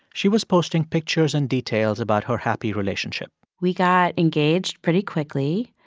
she was posting pictures and details about her happy relationship we got engaged pretty quickly.